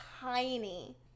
tiny